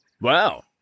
Wow